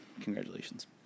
Congratulations